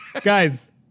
guys